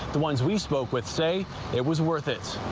the ones we spoke with say it was worth it.